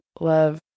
love